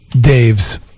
Dave's